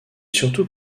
surtout